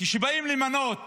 כשבאים למנות